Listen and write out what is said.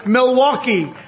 Milwaukee